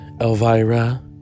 Elvira